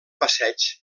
passeig